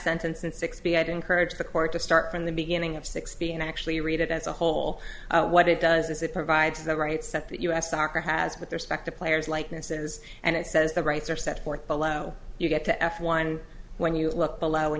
sentence and six b i'd encourage the court to start from the beginning of sixty and actually read it as a whole what it does is it provides the right set that u s soccer has with their spec the players likenesses and it says the rights are set forth below you get to f one when you look below when